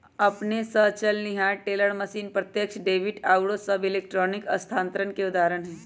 अपने स चलनिहार टेलर मशीन, प्रत्यक्ष डेबिट आउरो सभ इलेक्ट्रॉनिक स्थानान्तरण के उदाहरण हइ